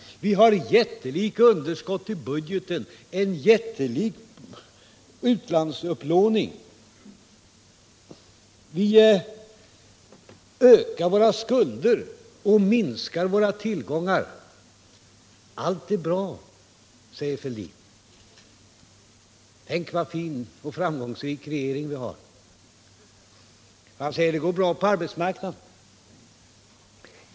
Vi har jättelika underskott i budgeten och en enorm utlandsupplåning. Vi ökar våra skulder och minskar våra tillgångar. Men allt är bra, säger herr Fälldin, tänk vilken framgångsrik regering vi har. Han säger att det går bra på arbetsmarknaden.